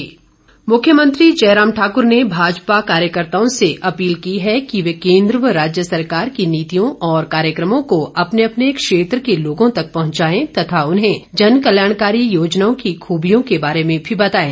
जयराम ठाकुर मुख्यमंत्री जयराम ठाक्र ने भाजपा कार्यकर्ताओं से अपील की है कि वे केंद्र व राज्य सरकार की नीतियों और कार्यक्रमों को अपने अपने क्षेत्र के लोगों तक पहंचाएं तथा उन्हें जनकल्याणकारी योजनाओं की खूबियों के बारे में भी बताएं